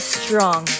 strong